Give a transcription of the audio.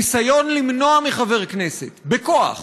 ניסיון למנוע מחבר כנסת בכוח